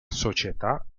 società